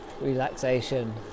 relaxation